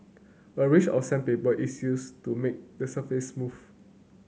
a range of sandpaper is used to make the surface smooth